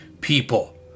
people